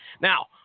Now